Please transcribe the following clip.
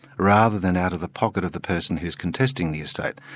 rather than out of the pocket of the person who's contesting the estate.